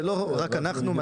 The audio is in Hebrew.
זה לא רק אנחנו מעתיקים את זה.